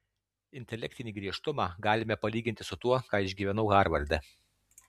intelektinį griežtumą galime palyginti su tuo ką išgyvenau harvarde